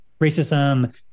racism